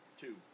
Two